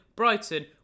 Brighton